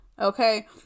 Okay